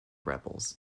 rebels